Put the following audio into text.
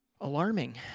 alarming